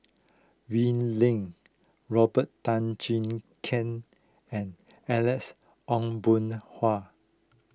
Wee Lin Robert Tan Jee Keng and Alex Ong Boon Hua